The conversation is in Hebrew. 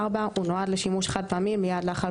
(4) הוא נועד לשימוש חד-פעמי מיד לאחר